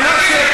תוכנית החלוקה,